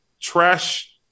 trash